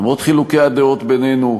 למרות חילוקי הדעות בינינו,